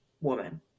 woman